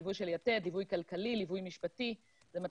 של ליווי של יתד, ליווי כלכלי, ליווי משפטי.